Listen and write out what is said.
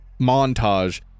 montage